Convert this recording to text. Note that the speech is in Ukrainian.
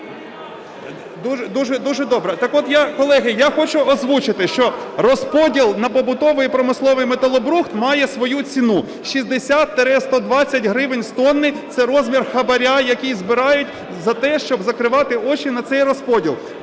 Дуже добре. Так от, колеги, я хочу озвучити, що розподіл на побутовий і промисловий металобрухт має свою ціну – 60-120 гривень з тонни, це розмір хабара, який збирають за те, щоб закривати очі на цей розподіл.